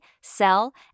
sell